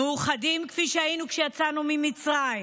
מאוחדים כפי שהיינו כשיצאנו ממצרים,